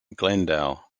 glendale